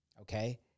okay